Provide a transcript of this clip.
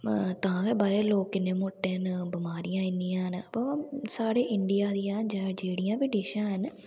तां गै बाहर दे लोग कि'न्ने मोटे न बमारियां इ'न्नियां न बा साढ़े इंडिया दियां जेह्ड़ियां बी डिशां हैन